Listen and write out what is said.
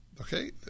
Okay